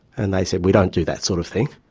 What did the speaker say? and they said, we don't do that sort of thing,